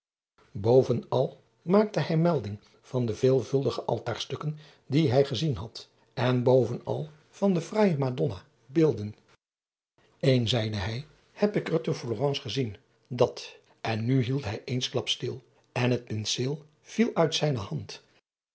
ovenal maakte hij melding van de veelvuldige altaarstukken die hij gezien had en bovenal van de fraaije adonna beelden en zeide hij heb ik er te lorence gezien dat en nu hield hij eensklaps stil en het penseel viel uit zijne hand